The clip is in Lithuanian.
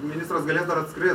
ministras galėtų ar apskritai